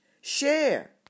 Share